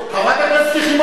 חברת הכנסת יחימוביץ,